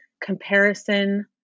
comparison